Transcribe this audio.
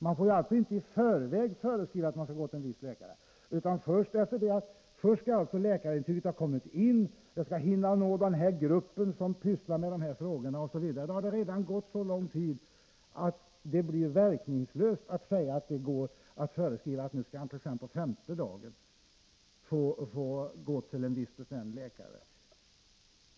Man får alltså inte i förväg föreskriva att vederbörande skall gå till en viss läkare. Först skall läkarintyg ha kommit in och nått den grupp som sysslar med de här frågorna osv. Då har det redan gått så lång tid att det blir verkningslöst att föreskriva att patienten på t.ex. femte dagen skall gå till en viss läkare.